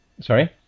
Sorry